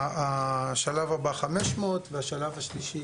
השלב הבא 500 והשלב השלישי